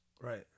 Right